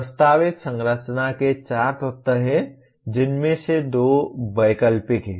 प्रस्तावित संरचना के चार तत्व हैं जिनमें से दो वैकल्पिक हैं